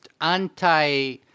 anti